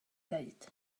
ddweud